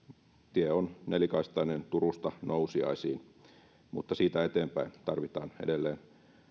tie on nelikaistainen turusta nousiaisiin mutta siitä eteenpäin tarvitaan edelleen